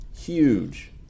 Huge